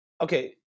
Okay